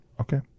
okay